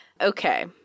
Okay